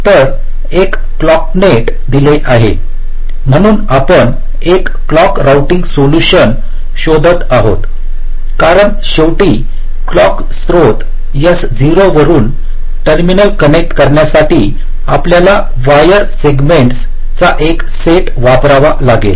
तर एक clock net दिले आहे म्हणून आपण एक क्लॉक रोऊटिंग सोलुशन शोधत आहोत कारण शेवटी क्लॉक स्त्रोत S0 वरून टर्मिनल कनेक्ट करण्यासाठी आपल्याला वायर सेगमेंट्स चा एक सेट वापरावा लागेल